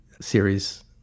series